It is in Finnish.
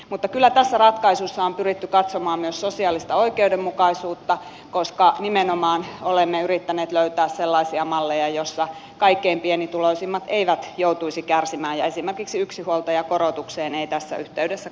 mutta kyllä tässä ratkaisussa on pyritty katsomaan myös sosiaalista oikeudenmukaisuutta koska nimenomaan olemme yrittäneet löytää sellaisia malleja joissa kaikkein pienituloisimmat eivät joutuisi kärsimään ja esimerkiksi yksinhuoltajakorotukseen ei tässä yhteydessä kosketa